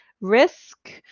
risk